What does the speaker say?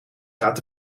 gaat